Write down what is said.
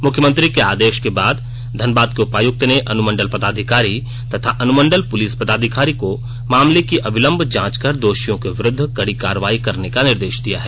मुख्यमंत्री के आदेश के बाद धनबाद के उपायुक्त ने अनुमंडल पदाधिकारी तथा अनुमंडल पुलिस पदाधिकारी को मामले की अविलंब जांच कर दोषियाँ के विरूद्व कड़ी कार्रवाई करने का निर्देश दिया है